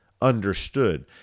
understood